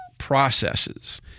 processes